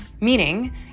Meaning